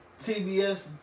TBS